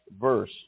verse